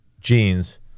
jeans